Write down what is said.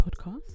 podcast